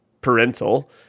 parental